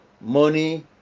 Money